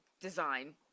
design